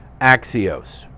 Axios